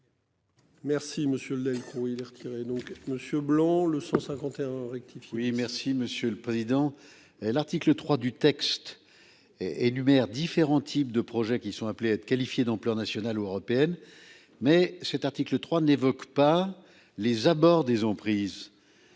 Merci monsieur le laïc est retiré donc monsieur Blanc le 151 rectifié. Oui, merci Monsieur le Président. L'article 3 du texte. Et énumère différents types de projets qui sont appelés à être qualifié d'ampleur nationale ou européenne. Mais cet article 3 n'évoque pas les abords des ont prise.